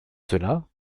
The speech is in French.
cela